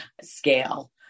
scale